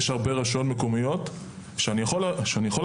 יש הרבה רשויות מקומיות שאני יכול להגיד